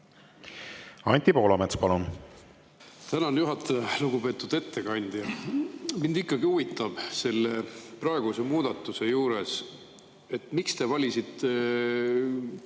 Anti Poolamets, palun! Tänan, juhataja! Lugupeetud ettekandja! Mind ikkagi huvitab selle praeguse muudatuse juures see, miks te valisite